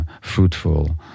fruitful